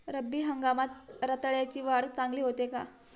रब्बी हंगामात रताळ्याची वाढ चांगली होते का?